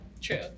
True